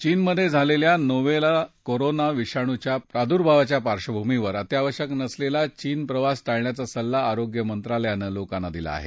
चीनमधे झालेल्या novel corona विषाणूच्या प्रादूर्भावाच्या पार्श्वभूमीवर अत्यावश्यक नसलेला चीन प्रवास टाळण्याचा सल्ला आरोग्य मंत्रालयानं लोकांना दिला आहे